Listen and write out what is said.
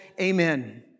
amen